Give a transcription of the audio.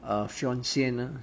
err fiance 呢